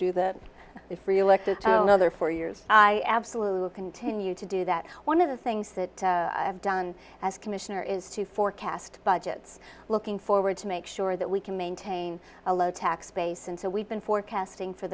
do the if we elected another four years i absolutely will continue to do that one of the things that i've done as commissioner is to forecast budgets looking forward to make sure that we can maintain a low tax base and so we've been forecasting for